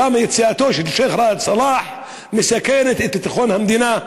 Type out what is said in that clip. למה יציאתו של שיח' ראאד סלאח מסכנת את ביטחון המדינה?